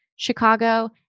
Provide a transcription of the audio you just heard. Chicago